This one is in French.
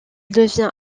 devient